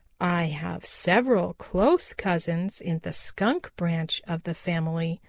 i have several close cousins in the skunk branch of the family,